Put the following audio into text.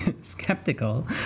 skeptical